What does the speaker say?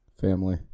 family